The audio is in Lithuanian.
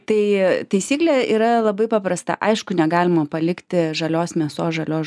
tai taisyklė yra labai paprasta aišku negalima palikti žalios mėsos žalios